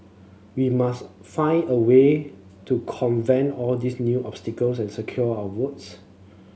we must find a way to convent all these new obstacles and secure our votes